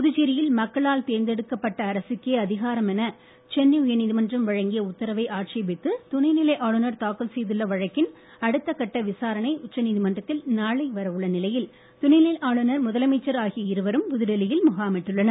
புதுச்சேரியில் மக்களால் தேர்ந்தெடுக்கப்பட்ட அரசுக்கே அதிகாரம் என சென்னை உயர்நீதிமன்றம் வழங்கிய உத்தரவை துணைநிலை ஆளுநர் தாக்கல் செய்துள்ள வழக்கின் அடுத்த கட்ட விசாரணை உச்சநீதிமன்றத்தில் நாளை வர உள்ள நிலையில் துணைநிலை ஆளுநர் முதலமைச்சர் ஆகிய இருவரும் புதுடெல்லியில் முகாமிட்டுள்ளனர்